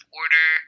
order